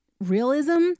realism